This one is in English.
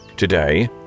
Today